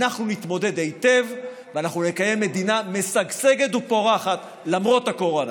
אנחנו נתמודד היטב ונקיים מדינה משגשגת ופורחת למרות הקורונה.